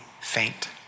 faint